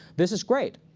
this is great.